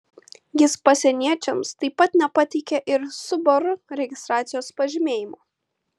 jis pasieniečiams taip pat nepateikė ir subaru registracijos pažymėjimo